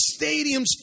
stadiums